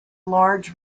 large